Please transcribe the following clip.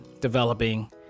developing